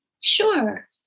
sure